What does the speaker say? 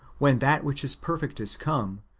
when that which is perfect is come,